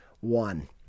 one